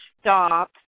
stop